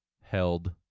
held